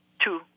Two